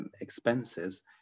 expenses